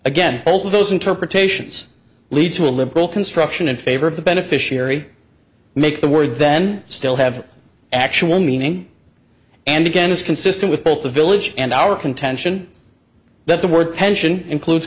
of those interpretations lead to a liberal construction in favor of the beneficiary make the word then still have actual meaning and again is consistent with both the village and our contention that the word pension includes